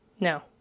No